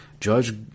Judge